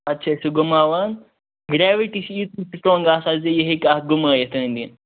پَتہٕ چھِ أسۍ سُہ گُماوان گریوِٹی چھِ ییٖژھ سِٹرانٛگ آسان زِ یہِ ہیٚکہِ اَتھ گُمٲوِتھ أنٛدۍ أنٛدۍ